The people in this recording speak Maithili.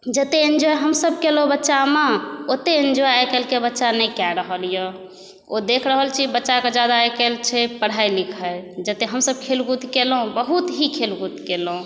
जतेक इन्जॉय हमसब केलहुँ बच्चामे ओते इन्जॉय आइकाल्हिके बच्चा नहि कए रहल यऽ ओ देखि रहल छी बच्चाकेँ ज्यादा आइकाल्हि छै पढाइ लिखाइ जते हमसभ खेल कुद केलहुँ बहुत ही खेल कुद केलहुँ